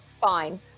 Fine